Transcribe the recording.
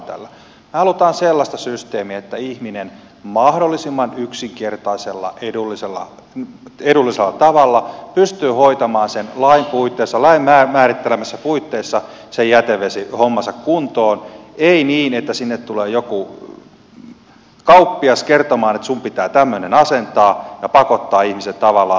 me haluamme sellaista systeemiä että ihminen mahdollisimman yksinkertaisella edullisella tavalla pystyy hoitamaan lain määrittelemissä puitteissa sen jätevesihommansa kuntoon ei niin että sinne tulee joku kauppias kertomaan että sinun pitää tämmöinen asentaa ja pakottaa ihmiset tavallaan